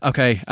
Okay